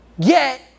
get